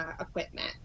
equipment